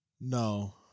No